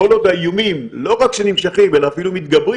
כל עוד האיומים לא רק שנמשכים אלא אפילו מתגברים,